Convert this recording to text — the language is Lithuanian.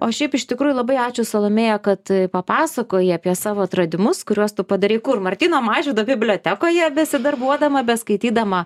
o šiaip iš tikrųjų labai ačiū salomėja kad papasakojai apie savo atradimus kuriuos tu padarei kur martyno mažvydo bibliotekoje besidarbuodama beskaitydama